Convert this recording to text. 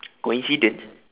coincidence